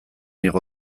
igo